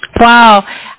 Wow